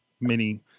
mini